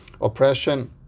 Oppression